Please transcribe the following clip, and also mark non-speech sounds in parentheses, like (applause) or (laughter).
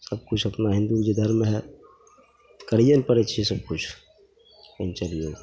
सबकिछु अपना हिन्दू जे धर्म हइ करैए ने पड़ै छै सबकिछु (unintelligible)